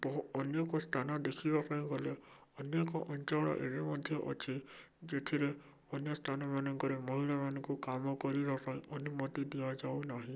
ବହୁ ଅନେକ ସ୍ଥାନ ଦେଖିବା ପାଇଁ ଗଲେ ଅନେକ ଅଞ୍ଚଳ ଏବେ ମଧ୍ୟ ଅଛି ଯେଥିରେ ଅନ୍ୟ ସ୍ଥାନ ମାନଙ୍କରେ ମହିଳାମାନଙ୍କୁ କାମ କରିବା ପାଇଁ ଅନୁମତି ଦିଆଯାଉନାହିଁ